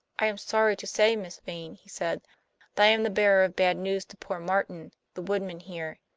i am sorry to say, miss vane, he said, that i am the bearer of bad news to poor martin, the woodman here.